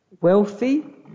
wealthy